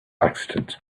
accident